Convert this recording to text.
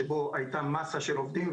שבו הייתה מאסה של עובדים,